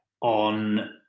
on